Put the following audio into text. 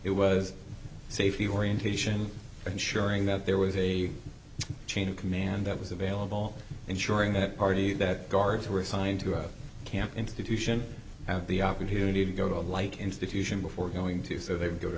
it was safety orientation ensuring that there was a chain of command that was available ensuring that party that guards were assigned to a camp institution have the opportunity to go to a light institution before going to so they would go